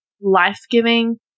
life-giving